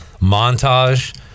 montage